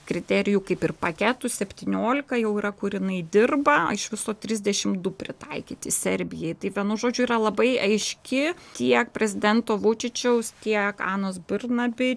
kriterijų kaip ir paketų septyniolika jau yra kur inai dirba iš viso trisdešim du pritaikyti serbijai tai vienu žodžiu yra labai aiški tiek prezidento vučičiaus tiek anos birnabi